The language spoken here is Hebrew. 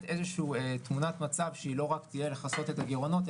איזושהי תמונת מצב שהיא לא רק תהיה לכסות את הגירעונות,